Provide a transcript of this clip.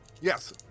Yes